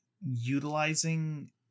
utilizing